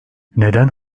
neden